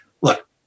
Look